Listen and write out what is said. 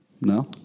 No